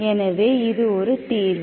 எனவே இது ஒரு தீர்வு